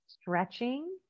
stretching